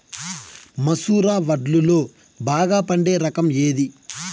మసూర వడ్లులో బాగా పండే రకం ఏది?